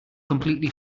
completely